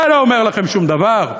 זה לא אומר לכם שום דבר?